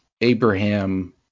Abraham